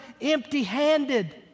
empty-handed